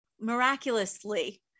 miraculously